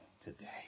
today